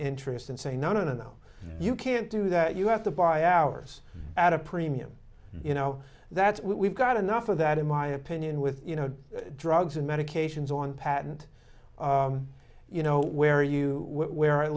interest and say no no no no you can't do that you have to buy ours at a premium you know that's what we've got enough of that in my opinion with you know drugs and medications on patent you know where you where at